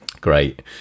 Great